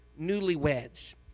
newlyweds